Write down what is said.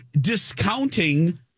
discounting